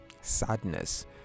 sadness